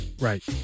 Right